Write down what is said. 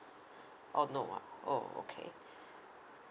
oh no ah oh okay